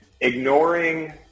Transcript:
ignoring